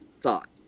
thought